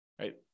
right